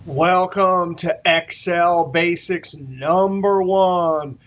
welcome to excel basics number one.